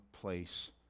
place